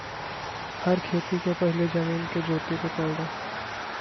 हर खेती के पहिले जमीन के जोते के पड़ला